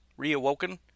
Reawoken